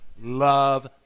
Love